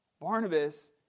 Barnabas